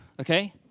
okay